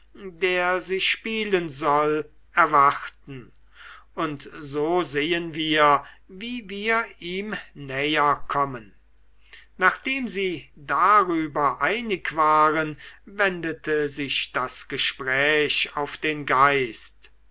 der sie spielen soll erwarten und so sehen wir wie wir ihm näherkommen nachdem sie darüber einig waren wendete sich das gespräch auf den geist